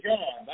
John